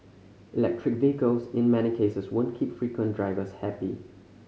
electric vehicles in many cases won't keep frequent drivers happy